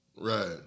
Right